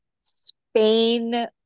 Spain